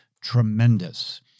tremendous